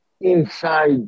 inside